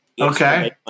Okay